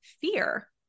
fear